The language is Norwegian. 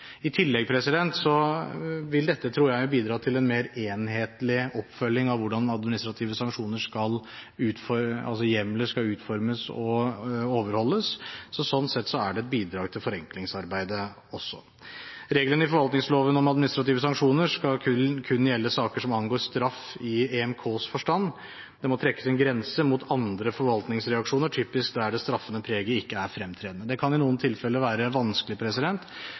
I tillegg vil dette, tror jeg, bidra til en mer enhetlig oppfølging av hvordan administrative sanksjoner og hjemler skal utformes og overholdes. Sånn sett er det et bidrag til forenklingsarbeidet også. Reglene i forvaltningsloven om administrative sanksjoner skal kun gjelde saker som angår straff i EMKs forstand. Det må trekkes en grense mot andre forvaltningsreaksjoner, typisk der det straffende preget ikke er fremtredende. Det kan i noen tilfeller være vanskelig,